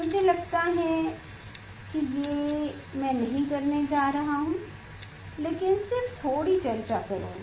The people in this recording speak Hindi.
मुझे लगता है कि ये मैं नहीं करने जा रहा हूं लेकिन सिर्फ थोड़ी चर्चा करूँगा